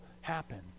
happen